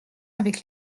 avec